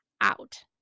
out